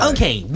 Okay